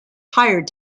hired